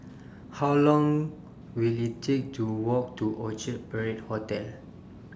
How Long Will IT Take to Walk to Orchard Parade Hotel